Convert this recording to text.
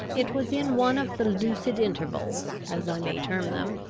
it was in one of the lucid intervals, as i may term them,